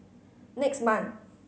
next month